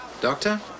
Doctor